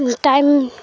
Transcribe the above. time